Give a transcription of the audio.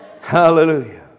Hallelujah